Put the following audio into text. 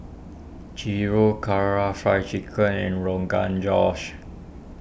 Gyros Kara Fried Chicken and Rogan Josh